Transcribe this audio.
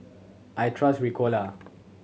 I trust Ricola